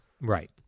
Right